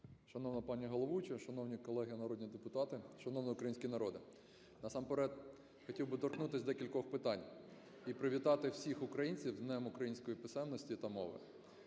Шановна пані головуюча, шановні колеги народні депутати, шановний український народе! Насамперед хотів би торкнутись декількох питань і привітати всіх українців з Днем української писемності та мови.